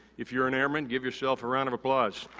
if you're an airman give yourself a round of applause.